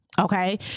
Okay